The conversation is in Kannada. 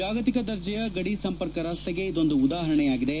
ಜಾಗತಿಕ ದರ್ಜೆಯ ಗಡಿ ಸಂಪರ್ಕ ರಸ್ತೆಗೆ ಇದೊಂದು ಉದಾಹರಣೆಯಾಗಿದೆ